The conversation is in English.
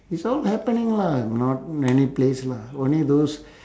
it's all happening lah not many place lah only those